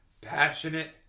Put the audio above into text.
passionate